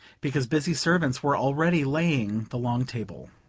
because busy servants were already laying the long table.